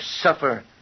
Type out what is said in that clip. suffer